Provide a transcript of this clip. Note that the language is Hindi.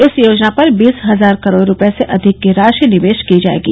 इस योजना पर बीस हजार करोड़ रुपये से अधिक की राशि निवेश की जायेगी